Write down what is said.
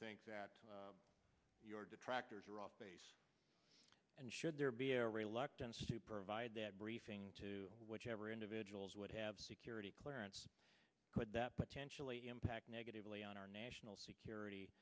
think that your detractors are off base and should there be a reluctance to provide that briefing to whichever individuals would have security clearance could that potentially impact negatively on our national security